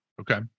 Okay